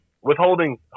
Withholding